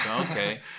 Okay